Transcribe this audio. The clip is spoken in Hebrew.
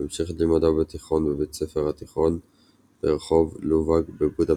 הוא המשיך את לימודיו בתיכון בבית הספר התיכון ברחוב לובאג בבודפשט.